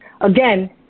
Again